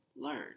learn